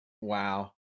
wow